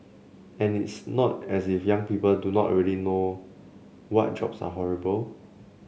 and it's not as if young people do not already know what jobs are horrible